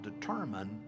determine